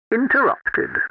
interrupted